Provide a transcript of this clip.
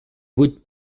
vuit